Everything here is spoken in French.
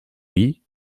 oui